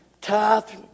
tough